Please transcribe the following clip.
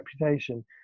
reputation